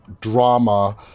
drama